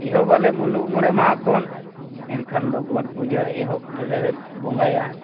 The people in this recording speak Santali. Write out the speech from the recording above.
ᱮᱦᱚᱵᱟᱞᱮ ᱢᱩᱞᱩᱜ ᱢᱚᱬᱮ ᱢᱟᱦᱟ ᱠᱷᱚᱱ ᱮᱱᱠᱷᱟᱱ ᱫᱚ ᱜᱚᱰ ᱯᱩᱡᱟᱹ ᱮᱦᱚᱵ ᱨᱮᱞᱮ ᱵᱚᱸᱜᱟᱭᱟ